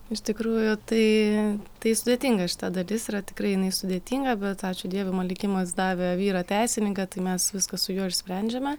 iš tikrųjų tai tai sudėtinga šita dalis yra tikrai jinai sudėtinga bet ačiū dievui man likimas davė vyrą teisininką tai mes viską su juo išsprendžiame